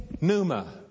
Numa